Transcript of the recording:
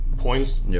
points